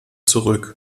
zurück